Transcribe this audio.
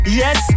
yes